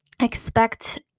expect